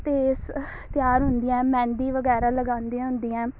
ਅਤੇ ਇਸ ਤਿਆਰ ਹੁੰਦੀਆਂ ਹੈ ਮਹਿੰਦੀ ਵਗੈਰਾ ਲਗਾਉਂਦੀਆਂ ਹੁੰਦੀਆਂ